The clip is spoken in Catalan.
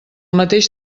mateix